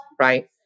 right